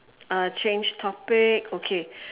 uh change topic okay